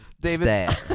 David